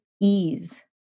ease